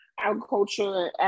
agriculture